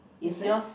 is yours